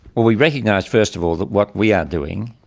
well, we recognise first of all that what we are doing,